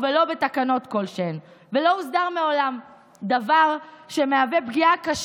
ולעיתים אחרי מאבקים מרים,